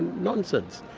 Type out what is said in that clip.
nonsense.